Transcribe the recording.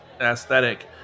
aesthetic